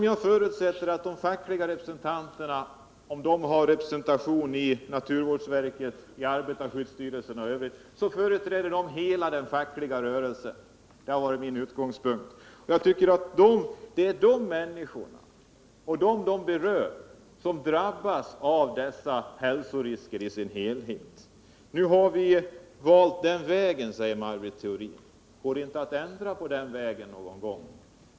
Jag förutsätter att de fackliga representanter som får representation i naturvårdsverket och arbetarskyddsstyrelsen skall företräda hela den fackliga rörelsen. Det har varit min utgångspunkt. Det är ju de människor de företräder som drabbas av dessa hälsorisker. Nu har vi valt den här vägen, säger Maj Britt Theorin. Men går det inte att ändra på den vägen då?